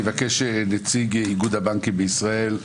נציג איגוד הבנקים בישראל,